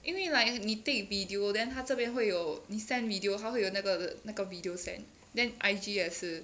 因为 like 你 take video then 他这边会有你 send video 它会有那个那个 video sent then I_G 也是